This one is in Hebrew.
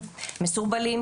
הם מסורבלים,